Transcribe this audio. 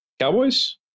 Cowboys